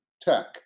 tech